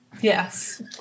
Yes